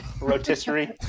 rotisserie